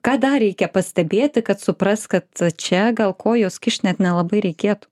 kada reikia pastebėti kad suprast kad čia gal kojos kišt net nelabai reikėtų